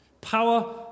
Power